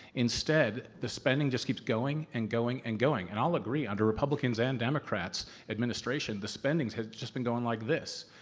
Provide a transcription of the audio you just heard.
instead, the spending just keeps going and going and going, and i'll agree, under republicans and democrats administration, the spending has been going like this.